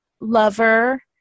lover